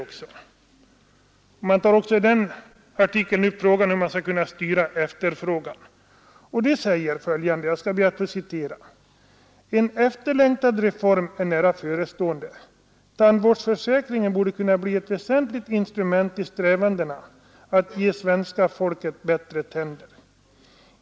I artikeln tas också upp problemet hur man skall kunna styra efterfrågan. Jag citerar följande ur artikeln: ”En efterlängtad reform är nära förestående. Tandvårdsförsäkringen borde kunna bli ett väsentligt instrument i strävandena att ge svenska folket bättre tänder.